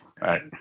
right